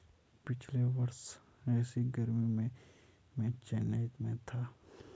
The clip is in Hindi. पिछले वर्ष ऐसी गर्मी में मैं चेन्नई में था